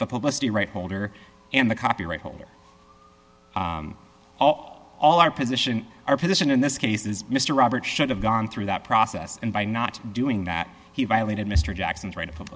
the publicity right holder and the copyright holder all our position our position in this case is mr robert should have gone through that process and by not doing that he violated mr jackson's right of